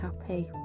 happy